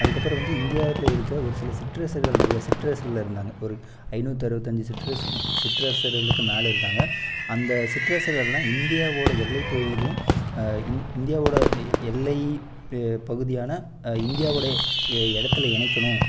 அதுக்கப்பறம் வந்து இந்தியாவில இருக்க ஒரு சில சிற்றரசர்கள் நிறையா சிற்றரசர்கள் இருந்தாங்க ஒரு ஐநூத்தறுவத்தஞ்சு சிற்றசர்கள் சிற்றரசர்களுக்கு மேலே இருந்தாங்க அந்த சிற்றரசர்கள்லாம் இந்தியாவோட எல்லை பகுதியிலியும் இந் இந்தியாவோட எல்லை பகுதியான இந்தியாவோட எ இடத்துல இணைக்கணும்